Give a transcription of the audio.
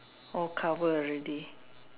all cover already